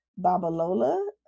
Babalola